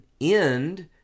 end